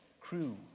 crew